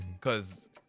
Cause